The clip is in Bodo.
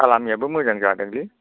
खालामैआबो मोजां जादोंलै